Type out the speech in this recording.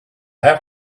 have